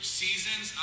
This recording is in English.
seasons